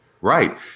Right